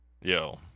Yo